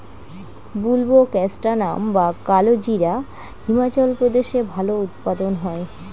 বুলবোকাস্ট্যানাম বা কালোজিরা হিমাচল প্রদেশে ভালো উৎপাদন হয়